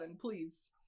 please